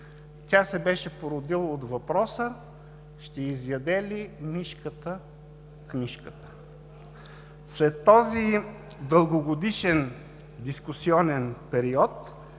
Тя се беше породила от въпроса: ще изяде ли мишката книжката? След този дългогодишен дискусионен период,